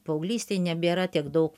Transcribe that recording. paauglystėj nebėra tiek daug